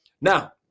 Now